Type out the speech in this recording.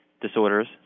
disorders